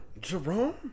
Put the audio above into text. Jerome